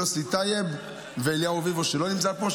יוסי טייב ואליהו רביבו שלא נמצא פה,